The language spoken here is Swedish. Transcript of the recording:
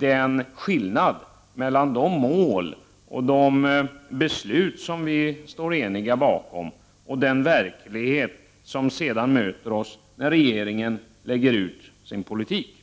en skillnad mellan de beslut och de mål som vi står eniga bakom och den verklighet som sedan möter oss när regeringen genomför sin politik.